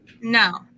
No